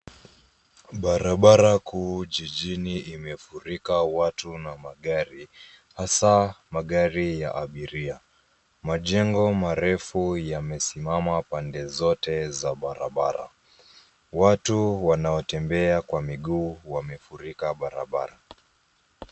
Barabara kuu jijini imefurika watu na magari, hasaa magari ya abiria. Majengo marefu yamesimama pande zote za barabara. Watu wanaotembea kwa miguu wamefurika barabara.